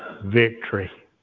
victory